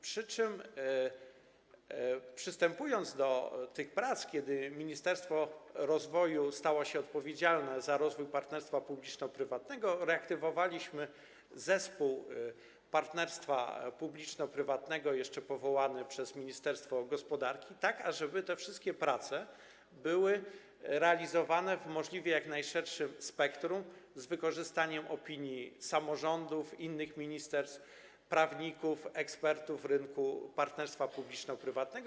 Przystępując do tych prac, kiedy ministerstwo rozwoju stało się odpowiedzialne za rozwój partnerstwa publiczno-prywatnego, reaktywowaliśmy zespół partnerstwa publiczno-prywatnego powołany jeszcze przez Ministerstwo Gospodarki, ażeby te wszystkie prace były realizowane w możliwie jak najszerszym spektrum z wykorzystaniem opinii samorządów, innych ministerstw, prawników, ekspertów rynku partnerstwa publiczno-prywatnego.